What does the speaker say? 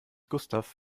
gustav